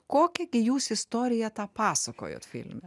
kokią gi jūs istoriją tą pasakojat filme